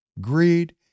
greed